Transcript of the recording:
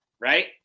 right